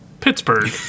Pittsburgh